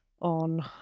on